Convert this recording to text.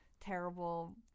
terrible